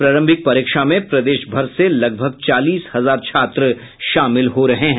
प्रारंभिक परीक्षा में प्रदेश भर से लगभग चालीस हजार छात्र शामिल होंगे